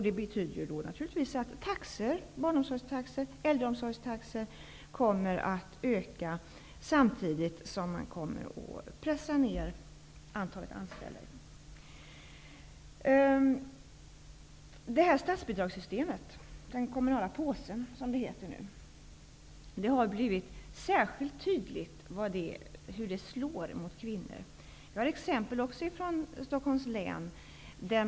Det betyder naturligtvis att barnomsorgstaxor och äldreomsorgstaxor kommer att öka, samtidigt som man kommer att pressa ned antalet anställda i kommunen. Det har blivit särskilt tydligt hur statsbidragssystemet -- den kommunala påsen, som det heter nu -- slår mot kvinnor. Jag har också här exempel från Stockholms län.